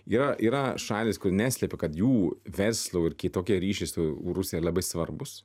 yra yra šalys kur neslepia kad jų verslo ir kitokie ryšiai su rusija labai svarbūs